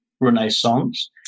Renaissance